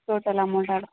total amount